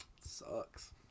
Sucks